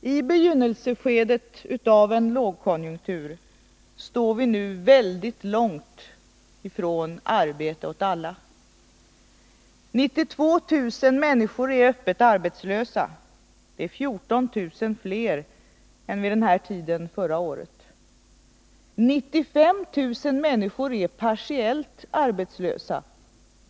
I begynnelseskedet av en lågkonjunktur står vi nu mycket långt ifrån arbete åt alla. 92 000 människor är öppet arbetslösa. Det är 14 000 fler än vid den här tiden förra året. 95 000 människor är partiellt arbetslösa.